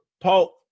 paul